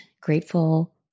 grateful